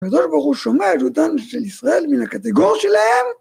הקדוש ברוך הוא שומע את גדולתם של ישראל מן הקטגור שלהם